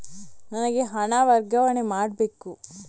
ನನಗೆ ಹಣ ವರ್ಗಾವಣೆ ಮಾಡಬೇಕು